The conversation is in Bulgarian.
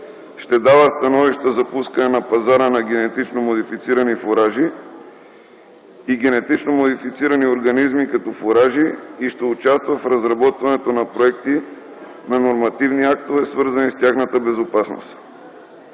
ще дава становища за пускане на пазара на генетично модифицирани фуражи и генетично модифицирани организми като фуражи и ще участва в разработването на проекти на нормативни актове, свързани с тяхната безопасност.